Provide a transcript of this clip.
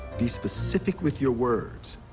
be specific with your words.